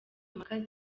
mpaka